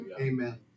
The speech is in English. Amen